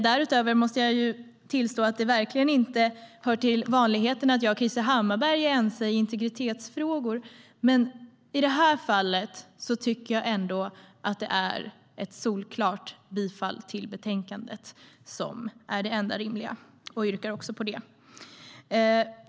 Därutöver måste jag tillstå att det verkligen inte hör till vanligheterna att jag och Krister Hammarbergh är ense i integritetsfrågor, men i det här fallet tycker jag ändå att ett solklart bifall till förslaget i betänkandet är det enda rimliga. Jag yrkar på det.